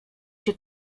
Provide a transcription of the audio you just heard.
cię